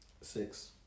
Six